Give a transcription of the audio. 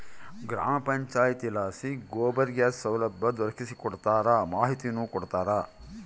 ಗ್ರಾಮ ಪಂಚಾಯಿತಿಲಾಸಿ ಗೋಬರ್ ಗ್ಯಾಸ್ ಸೌಲಭ್ಯ ದೊರಕಿಸಿಕೊಡ್ತಾರ ಮಾಹಿತಿನೂ ಕೊಡ್ತಾರ